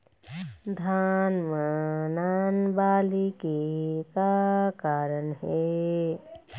धान म नान बाली के का कारण हे?